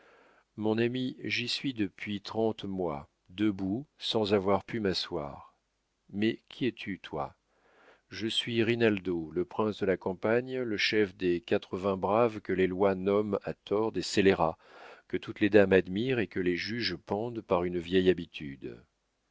mon ami j'y suis depuis trente mois debout sans avoir pu m'asseoir mais qui es-tu toi je suis rinaldo le prince de la campagne le chef de quatre-vingts braves que les lois nomment à tort des scélérats que toutes les dames admirent et que les juges pendent par une vieille habitude